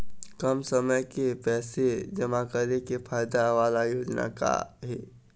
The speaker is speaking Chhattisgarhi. कम समय के पैसे जमा करे के फायदा वाला योजना का का हे?